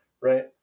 right